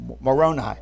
Moroni